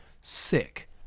sick